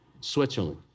Switzerland